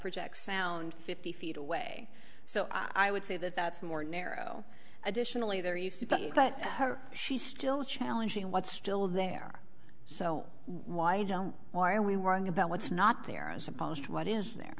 projects sound fifty feet away so i would say that that's more narrow additionally they're used to but she's still challenging what's still there so why don't why are we worrying about what's not there as opposed to what is there